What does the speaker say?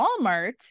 Walmart